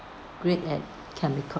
great at chemical